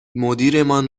مدیرمان